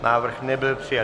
Návrh nebyl přijat.